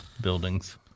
buildings